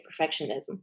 perfectionism